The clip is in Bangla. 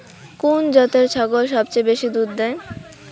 কুন জাতের ছাগল সবচেয়ে বেশি দুধ দেয়?